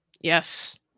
Yes